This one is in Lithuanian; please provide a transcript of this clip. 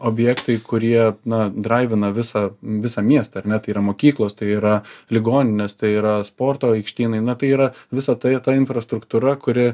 objektai kurie na draivina visą visą miestą ar ne tai yra mokyklos tai yra ligoninės tai yra sporto aikštynai na tai yra visa tai ir ta infrastruktūra kuri